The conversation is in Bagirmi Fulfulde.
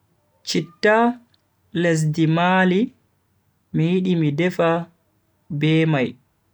Chitta lesdi mali mi yidi mi defa be mai.